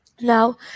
Now